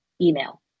email